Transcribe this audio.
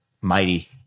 mighty